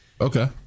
Okay